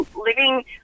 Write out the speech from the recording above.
living